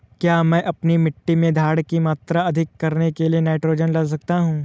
क्या मैं अपनी मिट्टी में धारण की मात्रा अधिक करने के लिए नाइट्रोजन डाल सकता हूँ?